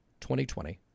2020